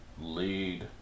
lead